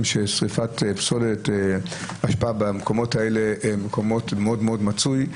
ששריפת פסולת במקומות האלה זה דבר מאוד-מאוד מצוי.